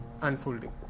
unfolding